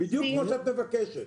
בדיוק כמו שאת מבקשת.